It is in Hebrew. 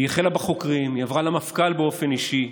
היא החלה בחוקרים, היא עברה למפכ"ל באופן אישי,